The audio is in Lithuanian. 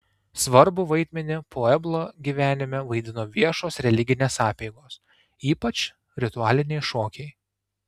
svarbų vaidmenį pueblo gyvenime vaidino viešos religinės apeigos ypač ritualiniai šokiai